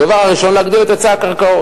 הדבר הראשון, להגדיל את היצע הקרקעות.